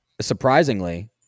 surprisingly